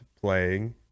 playing